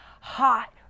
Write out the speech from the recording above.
hot